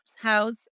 House